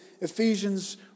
Ephesians